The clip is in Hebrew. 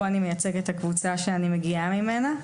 ופה אני מייצגת את הקבוצה שאני מגיעה ממנה.